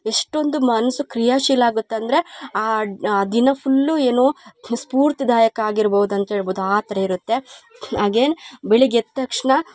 ಎಷ್ಟೊಂದು ಮನಸ್ಸು ಕ್ರಿಯಾಶೀಲ ಆಗುತ್ತಂದ್ರೆ ಆ ದಿನ ಫುಲ್ಲು ಏನೋ ಸ್ಫೂರ್ತಿದಾಯಕ ಆಗಿರ್ಬೌದು ಅಂತೆಳ್ಬೊದು ಆ ಥರ ಇರುತ್ತೆ ಅಗೈನ್ ಬೆಳಗ್ಗೆ ಎದ್ದ ತಕ್ಷಣ